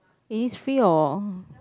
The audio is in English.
Innisfree or